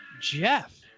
Jeff